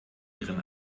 ihren